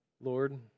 Lord